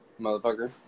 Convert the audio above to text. motherfucker